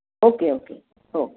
okay okay हो